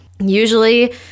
Usually